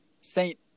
Saint